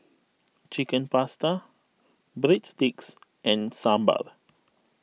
Chicken Pasta Breadsticks and Sambar